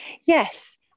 Yes